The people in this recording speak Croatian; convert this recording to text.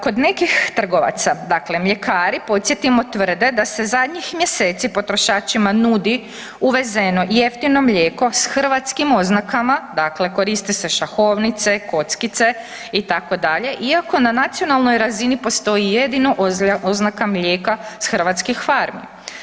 Kod nekih trgovaca mljekari, podsjetimo tvrde, da se zadnjih mjeseci potrošačima nudi uvezeno jeftino mlijeko s hrvatskim oznakama, dakle koriste se šahovnice, kockice itd. iako na nacionalnoj razini postoji jedino oznaka mlijeka s hrvatskih farmi.